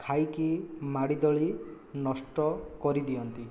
ଖାଇକି ମାଡ଼ି ଦଳି ନଷ୍ଟ କରିଦିଅନ୍ତି